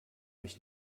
mich